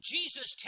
Jesus